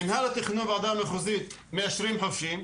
מינהל התכנון והוועדה המחוזית מאשרים חופשי,